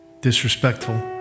disrespectful